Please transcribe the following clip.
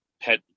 pet